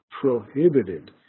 prohibited